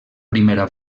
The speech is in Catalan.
primera